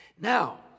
Now